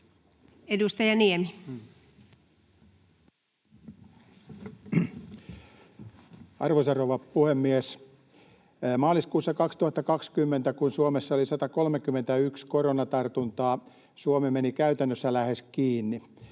Content: Arvoisa rouva puhemies! Maaliskuussa 2020, kun Suomessa oli 131 koronatartuntaa, Suomi meni käytännössä lähes kiinni.